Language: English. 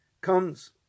comes